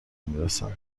میرسند